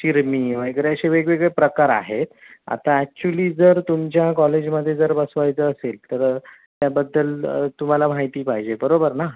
चिरमी वगैरे असे वेगवेगळे प्रकार आहेत आता ॲक्च्युली जर तुमच्या कॉलेजमध्ये जर बसवायचं असेल तर त्याबद्दल तुम्हाला माहिती पाहिजे बरोबर ना